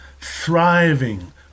thriving